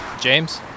James